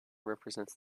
represents